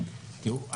תראו,